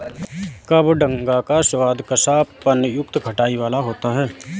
कबडंगा का स्वाद कसापन युक्त खटाई वाला होता है